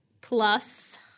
Plus